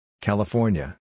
California